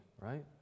right